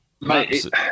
Mate